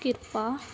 ਕਿਰਪਾ